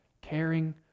caring